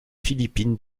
philippines